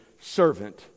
servant